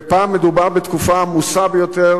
ופעם מדובר בתקופה העמוסה ביותר